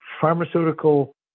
pharmaceutical